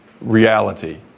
reality